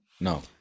No